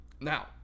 Now